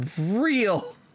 real